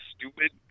stupid